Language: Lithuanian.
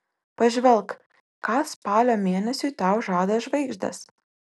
pažvelk ką spalio mėnesiui tau žada žvaigždės